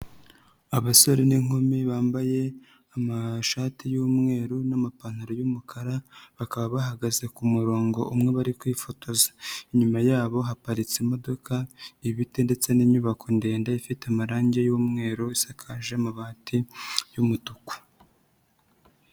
Abasore n'inkumi bambaye amashati y'umweru n'amapantaro y'umukara, bakaba bahagaze ku kumurongo umwe bari kwifotoza, inyuma yabo haparitse imodoka, ibiti ndetse n'inyubako ndende ifite amarangi y'umweru isakaje amabati y'umutuku.